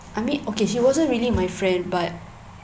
I mean okay she wasn't really my friend but